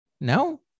no